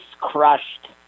crushed